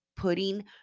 Putting